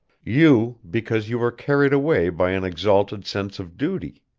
you, because you were carried away by an exalted sense of duty.